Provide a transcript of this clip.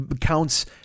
counts